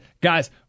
guys